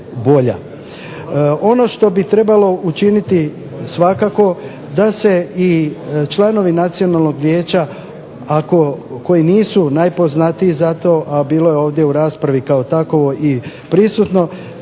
Ono što bi trebalo učiniti svakako da se i članovi Nacionalnog vijeća, a koji nisu najpoznatiji za to, a bilo je ovdje u raspravi kao takovoj i prisutno,